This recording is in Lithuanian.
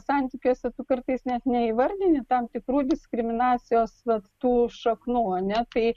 santykiuose tu kartais net neįvardini tam tikrų diskriminacijos vat tų šaknų ar ne tai